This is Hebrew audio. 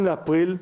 בדבר